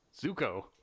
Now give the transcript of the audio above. Zuko